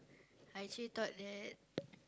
I actually thought that